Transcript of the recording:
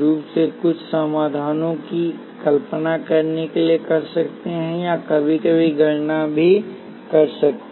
रूप से कुछ समाधानों की कल्पना करने के लिए कर सकते हैं या कभी कभी गणना भी कर सकते हैं